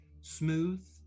smooth